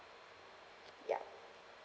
ya